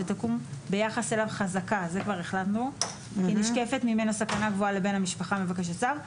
ותקום ביחס אליו חזקה כי נשקפת ממנו סכנה גבוהה לבן המשפחה מבקש הצו,